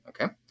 Okay